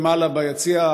למעלה ביציע,